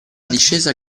discesa